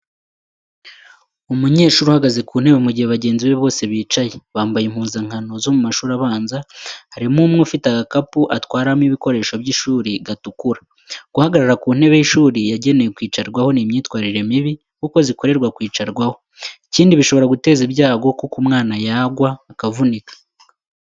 Umunyeshuri uhagaze ku ntebe mu gihe bagenzi be bose bicaye, bambaye impuzankano zo mu mashuri abanza harimo umwe ufite agakapu atwaramo ibikoresho by'ishuri gatukura. Guhagarara ku ntebe y’ishuri yagenewe kwicarwaho ni imyitwarire mibi, kuko zikorerwa kwicarwaho, ikindi bishobora guteza ibyago kuko umwana yagwa akavunika.